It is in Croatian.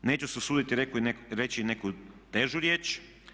Neću se usuditi reći neku težu riječ.